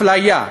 אפליה,